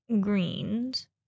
greens